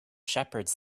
shepherds